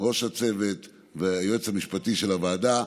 ראש הצוות והיועץ המשפטי של הוועדה,